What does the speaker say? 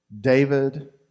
david